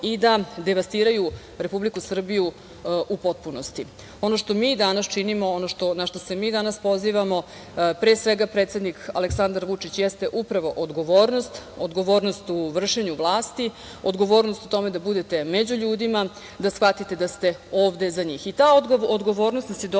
i da devastiraju Republiku Srbiju u potpunosti. Ono što mi danas činimo, ono na šta se mi danas pozivamo, pre svega predsednik Aleksandar Vučić, jeste upravo odgovornost, odgovornost u vršenju vlasti, odgovornost u tome da budete među ljudima, da shvatite da ste ovde za njih. I ta odgovornost nas je dovela